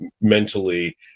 mentally